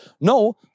No